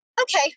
okay